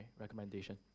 recommendation